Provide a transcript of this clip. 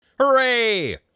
Hooray